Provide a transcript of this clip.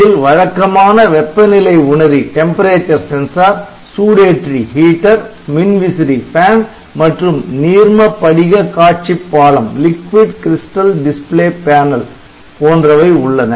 இதில் வழக்கமான வெப்பநிலை உணரி சூடேற்றி மின்விசிறி மற்றும் நீர்ம படிக காட்சி பாளம் போன்றவை உள்ளன